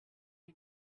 wir